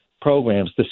programs